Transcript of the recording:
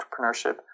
entrepreneurship